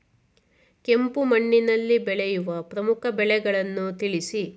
ಕೆಂಪು ಮಣ್ಣಿನಲ್ಲಿ ಬೆಳೆಯುವ ಪ್ರಮುಖ ಬೆಳೆಗಳನ್ನು ತಿಳಿಸಿ?